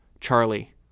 Charlie